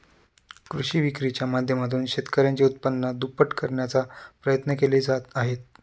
कृषी विक्रीच्या माध्यमातून शेतकऱ्यांचे उत्पन्न दुप्पट करण्याचा प्रयत्न केले जात आहेत